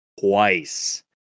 Twice